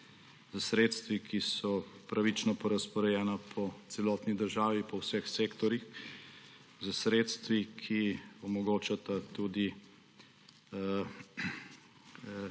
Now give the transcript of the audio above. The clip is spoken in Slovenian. s sredstvi, ki so pravično razporejena po celotni državi, po vseh sektorjih, s sredstvi, ki zagotavljajo tudi